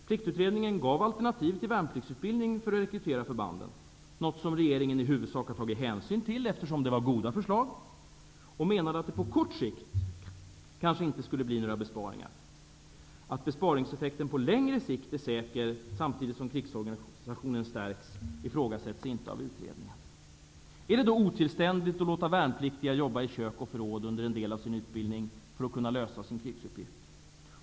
Pliktutredningen gav alternativ till värnpliktsutbildning för att rekrytera förbanden, något som regeringen i huvudsak har tagit hänsyn till, eftersom det var goda förslag. Man menade att det på kort sikt kanske inte skulle bli några besparingar. Att besparingseffekten på längre sikt är säker, samtidigt som krigsorganisationen stärks ifrågasätts inte av utredningen. Är det då otillständigt att låta värnpliktiga jobba i kök och förråd under en del av sin utbildning för att kunna lösa sin krigsuppgift?